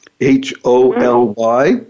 H-O-L-Y